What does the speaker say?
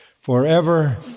forever